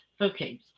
Okay